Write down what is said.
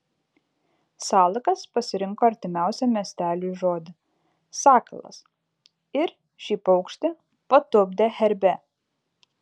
salakas pasirinko artimiausią miesteliui žodį sakalas ir šį paukštį patupdė herbe